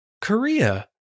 Korea